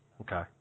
Okay